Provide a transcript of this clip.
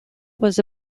was